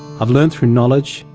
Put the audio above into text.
i've learnt through knowledge,